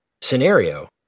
scenario